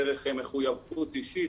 דרך מחויבות אישית,